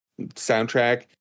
soundtrack